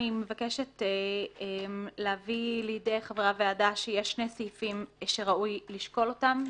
אני מבקשת להביא לידי חברי הוועדה שיש שני סעיפים שראוי לשקול אותם.